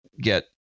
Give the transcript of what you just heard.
get